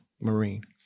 Marine